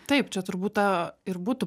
taip čia turbūt ta ir būtų